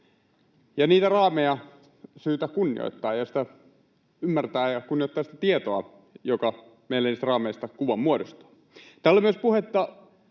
Niitä raameja on syytä kunnioittaa ja ymmärtää ja kunnioittaa sitä tietoa, joka meille niistä raameista kuvan muodostaa. Täällä oli myös puhetta